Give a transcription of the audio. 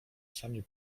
sami